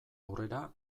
aurrera